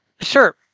Sure